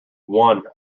one